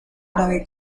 árabe